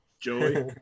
Joey